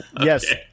yes